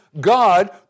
God